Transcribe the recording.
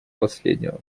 последнего